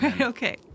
okay